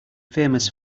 famous